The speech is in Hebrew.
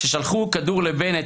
כאשר שלחו כדור לבנט,